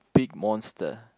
big monster